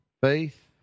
faith